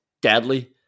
deadly